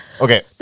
okay